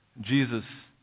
Jesus